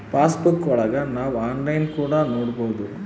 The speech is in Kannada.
ಪಾಸ್ ಬುಕ್ಕಾ ಒಳಗ ನಾವ್ ಆನ್ಲೈನ್ ಕೂಡ ನೊಡ್ಬೋದು